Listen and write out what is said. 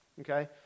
okay